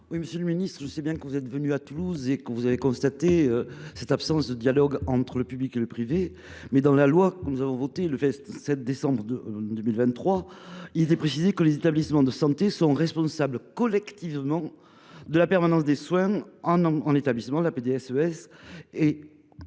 Monsieur le ministre, je sais bien que vous êtes venu à Toulouse et que vous avez constaté cette absence de dialogue entre le public et le privé. Mais la loi du 27 décembre 2023 précise que les établissements de santé sont responsables collectivement de la permanence des soins en établissements de santé